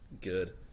good